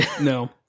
No